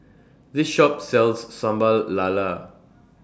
This Shop sells Sambal Lala